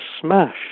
smash